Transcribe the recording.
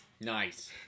nice